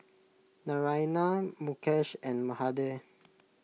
Naraina Mukesh and Mahade